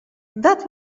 that